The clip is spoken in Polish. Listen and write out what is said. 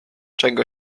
czego